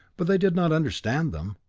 but they did not understand them.